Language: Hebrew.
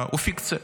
הוא פיקציה.